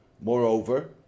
Moreover